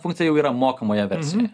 funkcija jau yra mokamoje versijoje